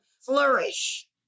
flourish